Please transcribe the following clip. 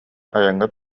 айаҥҥа